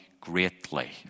greatly